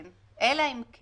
כן, אלא אם כן